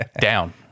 Down